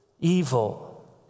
evil